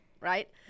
right